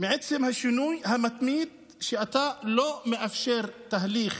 מעצם השינוי המתמיד, שאתה לא מאפשר תהליך